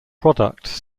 products